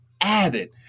added